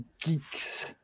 geeks